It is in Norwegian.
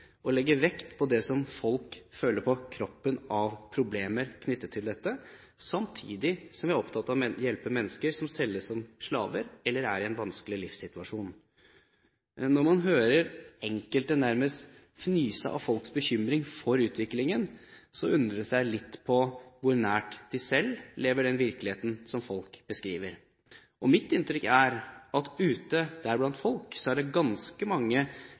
samtidig, legge vekt på det som folk føler på kroppen av problemer knyttet til dette, samtidig som vi er opptatt av å hjelpe mennesker som selges som slaver eller er i en vanskelig livssituasjon. Når man hører enkelte nærmest fnyse av folks bekymring for utviklingen, undres jeg litt over hvor nært disse selv lever den virkeligheten som folk beskriver. Mitt inntrykk er at ute blant folk er det ganske mange